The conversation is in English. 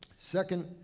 Second